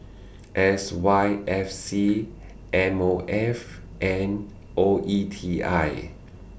S Y F C M O F and O E T I